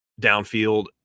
downfield